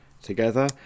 together